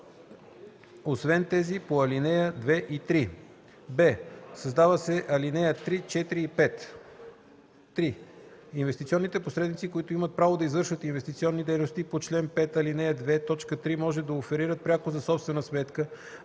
„освен тези по ал. 2 и 3”; б) създават се ал. 3, 4 и 5 „(3) Инвестиционните посредници, които имат право да извършват инвестиционни дейности по чл. 5, ал. 2, т. 3, може да оферират пряко за собствена сметка,